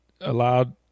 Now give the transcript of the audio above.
allowed